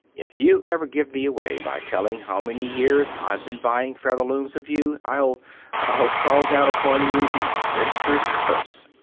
if you ever give me away by telling how many years i've been buying featherlooms of you, i'll i'll call down upon you the spinster's curse.